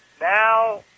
Now